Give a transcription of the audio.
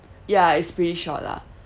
yeah it's pretty short lah